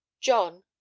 john